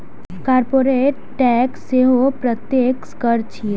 corporate tax सेहो प्रत्यक्ष कर छियै